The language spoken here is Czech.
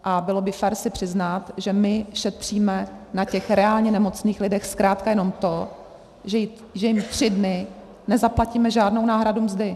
A bylo by fér si přiznat, že my šetříme na těch reálně nemocných lidech zkrátka jenom to, že jim tři dny nezaplatíme žádnou náhradu mzdy.